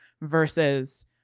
versus